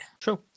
True